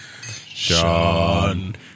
Sean